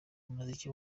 umuziki